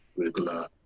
regular